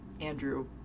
Andrew